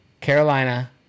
Carolina